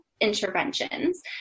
interventions